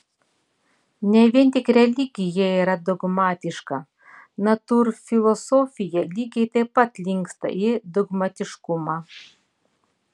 ne vien tik religija yra dogmatiška natūrfilosofija lygiai taip pat linksta į dogmatiškumą